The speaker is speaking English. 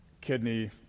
kidney